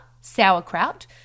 sauerkraut